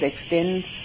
extends